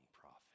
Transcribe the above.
prophet